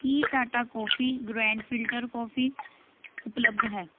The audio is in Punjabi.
ਕੀ Tata coffee grand filter coffee ਉਪਲਬਧ ਹੈ